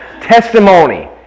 Testimony